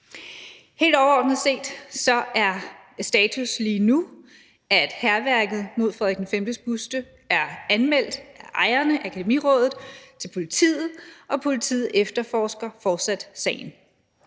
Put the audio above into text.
Helt overordnet set er status lige nu, at hærværket mod Frederik V's buste er anmeldt til politiet af ejerne, Akademiraadet, og politiet efterforsker fortsat sagen.